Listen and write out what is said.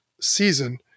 season